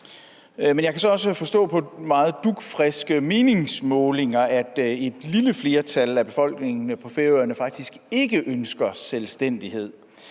Men jeg kan så også forstå på meget dugfriske meningsmålinger, at et lille flertal af befolkningen på Færøerne faktisk ikke ønsker selvstændighed.